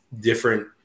different